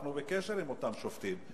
אנחנו בקשר עם אותם שובתים.